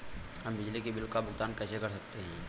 हम बिजली के बिल का भुगतान कैसे कर सकते हैं?